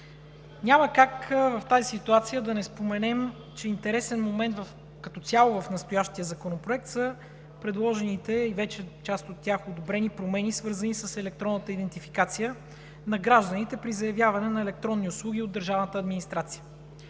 Няма как в тази ситуация да не споменем, че интересен момент като цяло в настоящия законопроект са предложените и вече част от тях одобрени промени, свързани с електронната идентификация на гражданите при заявяване на електронни услуги от държавната администрация.